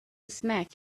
smack